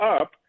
up